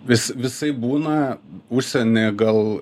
vis visaip būna užsieny gal